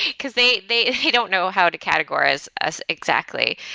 because they they don't know how to categorize us exactly.